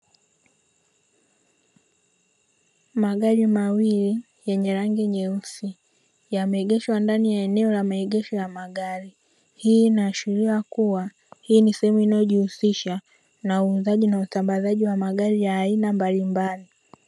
Magari mawili wenye rangi nyeusi, yameegeshwa ndani ya eneo la maegesho ya magari. Hii inaashiria kuwa, hii ni sehemu inayojihusisha na uuzaji na usambazaji wa magari ya aina mbalimbali.